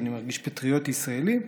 אני מרגיש פטריוט ישראלי,